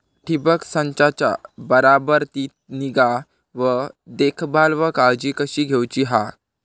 ठिबक संचाचा बराबर ती निगा व देखभाल व काळजी कशी घेऊची हा?